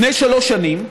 לפני שלוש שנים